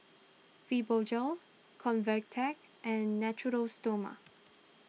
Fibogel Convatec and Natura Stoma